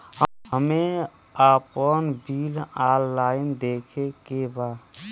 हमे आपन bill online देखे के बा?